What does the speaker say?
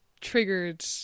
triggered